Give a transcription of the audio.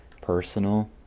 personal